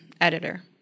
editor